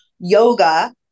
Yoga